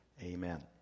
amen